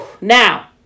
Now